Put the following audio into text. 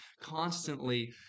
constantly